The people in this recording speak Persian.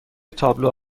تابلو